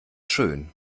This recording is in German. schön